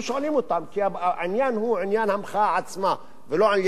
כי העניין הוא עניין המחאה עצמה ולא עניין נושא המחאה.